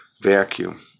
vacuum